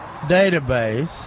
Database